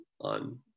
on